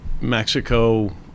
Mexico